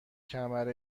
کمر